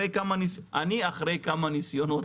יפו כבר התלוננה על סניף